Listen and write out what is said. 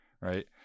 right